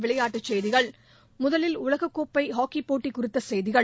விளையாட்டுச் செய்திகள் முதலில் உலக கோப்பை ஹாக்கிப்போட்டி குறித்த செய்திகள்